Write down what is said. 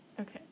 Okay